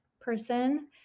person